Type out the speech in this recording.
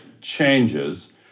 changes